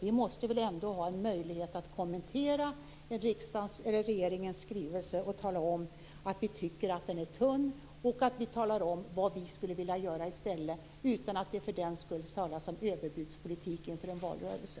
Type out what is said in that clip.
Vi måste väl ändå ha en möjlighet att kommentera regeringens skrivelse och tala om att vi tycker att den är tunn. Vi måste kunna tala om vad vi skulle vilja göra i stället utan att det för den skull talas om överbudspolitik inför en valrörelse.